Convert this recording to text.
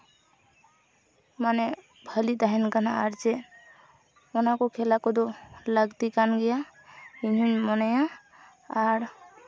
ᱢᱟᱱᱮ ᱵᱷᱟᱞᱤ ᱛᱟᱦᱮᱱ ᱠᱟᱱᱟ ᱟᱨᱪᱮᱫ ᱚᱱᱟᱠᱚ ᱠᱷᱮᱞᱟ ᱠᱚᱫᱚ ᱞᱟᱹᱠᱛᱤ ᱠᱟᱱ ᱜᱮᱭᱟ ᱤᱧᱦᱩᱧ ᱢᱚᱱᱮᱭᱟ ᱟᱨ